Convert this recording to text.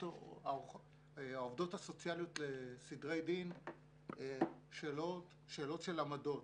שאלנו את העובדות הסוציאליות לסדרי דין שאלות של עמדות